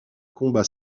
combat